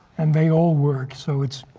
and they all work, so it's